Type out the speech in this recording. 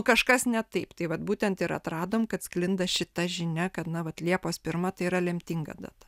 kažkas ne taip tai vat būtent ir atradom kad sklinda šita žinia kad na vat liepos pirma tai yra lemtinga data